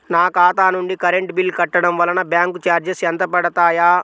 నా ఖాతా నుండి కరెంట్ బిల్ కట్టడం వలన బ్యాంకు చార్జెస్ ఎంత పడతాయా?